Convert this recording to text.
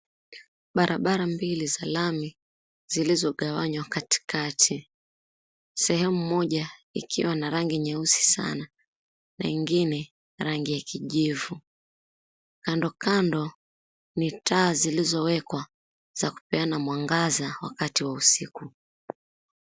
Barabara mbili za lami zilizogawanywa katikati. Sehemu moja ikiwa na rangi nyeusi sana na ingine rangi ya kijivu. Kandokando ni taa zilizowekwa za kupeana mwangaza wakati wa usiku.